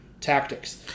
tactics